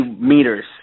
meters